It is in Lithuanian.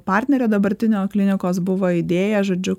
partnerio dabartinio klinikos buvo idėja žodžiu